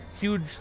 huge